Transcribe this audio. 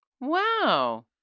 Wow